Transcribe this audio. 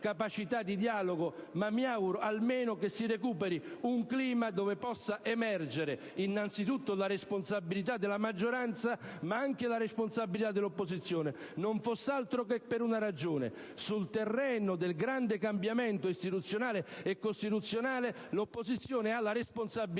capacità di dialogo, ma almeno che si recuperi un clima dove innanzitutto possa emergere non solo la responsabilità della maggioranza ma anche dell'opposizione, non fosse altro che per una ragione: sul terreno del grande cambiamento istituzionale e costituzionale l'opposizione ha la responsabilità